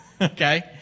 Okay